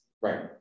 Right